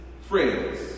friends